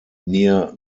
near